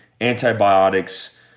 antibiotics